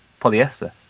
polyester